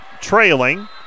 trailing